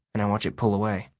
and i watch it pull away.